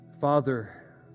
Father